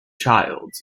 child